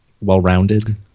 well-rounded